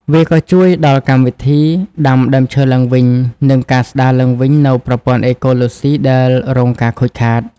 វាក៏ជួយដល់កម្មវិធីដាំដើមឈើឡើងវិញ និងការស្ដារឡើងវិញនូវប្រព័ន្ធអេកូឡូស៊ីដែលរងការខូចខាត។